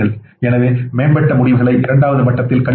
எனவே மேம்பட்ட முடிவுகளை இரண்டாவது மட்டத்தில் கண்டறிந்தீர்கள்